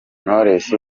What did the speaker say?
knowless